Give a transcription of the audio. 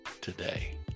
today